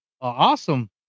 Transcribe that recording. Awesome